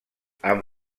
han